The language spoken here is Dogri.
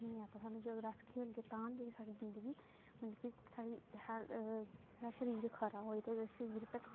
ते जेकर अस खेलगे तां गै साढ़ी जिंदगी मतलब कि साढ़ी हैल्थ शरीर खरा होए ते शरीर ते